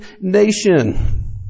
nation